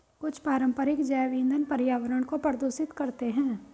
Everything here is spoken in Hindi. कुछ पारंपरिक जैव ईंधन पर्यावरण को प्रदूषित करते हैं